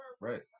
right